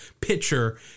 pitcher